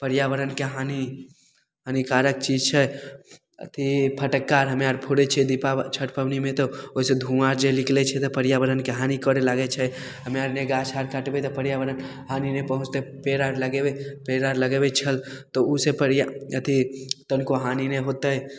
पर्याबरणके हानी हानिकारक चीज छै अथी फटक्का आर हमे आर फोड़ैत छियै दीपाब छठि पबनीमे तऽ ओहिसे धुआँ आर जे निकलैत छै तऽ पर्याबरणके हानी करे लागैत छै हमे आर नहि गाछ आर काटबै तऽ पर्याबरणके हानी नहि पहुँचतै पेड़ आर लगेबै पेड़ आर लगेबै छल तऽ से पड़ैया अथी तनिको हानी नहि होयतै